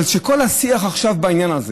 אבל כל השיח עכשיו בעניין הזה